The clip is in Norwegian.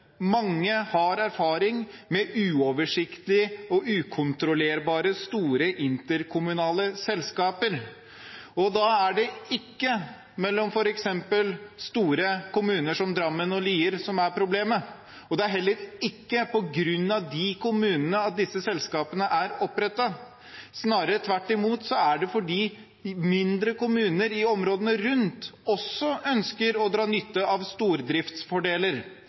mange har erfaring med uoversiktlige og ukontrollerbare, store interkommunale selskaper, og da er det ikke mellom store kommuner som f.eks. Drammen og Lier som er problemet. Det er heller ikke på grunn av de kommunene at disse selskapene er opprettet. Snarere tvert imot er det fordi mindre kommuner i områdene rundt også ønsker å dra nytte av stordriftsfordeler.